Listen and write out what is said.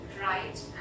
right